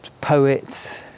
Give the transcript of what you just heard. poets